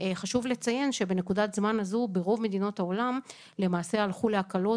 חשוב לציין שבנקודת זמן הזו ברוב מדינות העולם למעשה הלכו להקלות,